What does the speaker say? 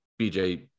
BJ